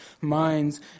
minds